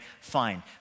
fine